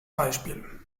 beispiel